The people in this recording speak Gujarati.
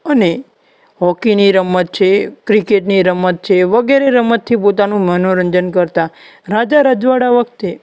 અને હોકીની રમત છે ક્રિકેટની રમત છે વગેરે રમતથી પોતાનું મનોરંજન કરતા રાજા રજવાડા વખતે